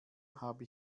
habe